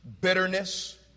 bitterness